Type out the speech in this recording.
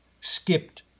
skipped